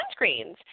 sunscreens